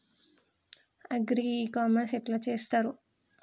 Agri e-commerce ఎట్ల చేస్తరు?